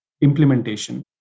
implementation